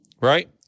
right